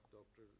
Doctor